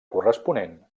corresponent